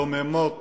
דוממות